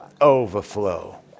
overflow